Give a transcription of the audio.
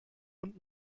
und